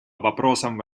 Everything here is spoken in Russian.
вопросам